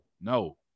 no